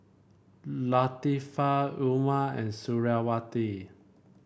Latifa Umar and Suriawati